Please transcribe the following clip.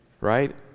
right